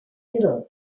little